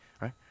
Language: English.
right